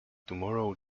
tomorrow